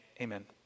amen